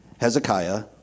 Hezekiah